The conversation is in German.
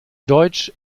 deutsch